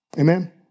Amen